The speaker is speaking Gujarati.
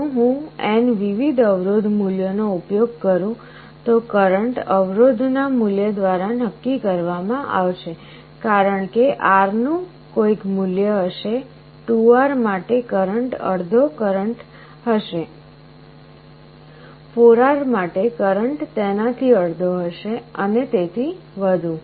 જો હું n વિવિધ અવરોધ મૂલ્યોનો ઉપયોગ કરું તો કરંટ અવરોધના મૂલ્ય દ્વારા નક્કી કરવામાં આવશે કારણ કે R નું કોઈક મૂલ્ય હશે 2R માટે કરંટ અડધો કરંટ હશે 4R માટે કરંટ તેનાથી અડધા હશે અને તેથી વધુ